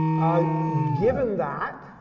ah given that,